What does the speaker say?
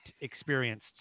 experienced